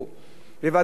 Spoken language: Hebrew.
בוועדת הכלכלה.